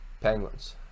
Penguins